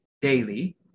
daily